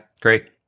great